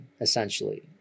essentially